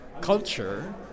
culture